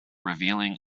revealing